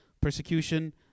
persecution